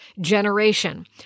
generation